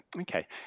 okay